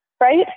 right